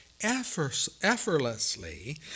effortlessly